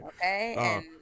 Okay